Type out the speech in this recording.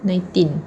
nineteen